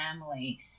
family